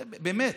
באמת,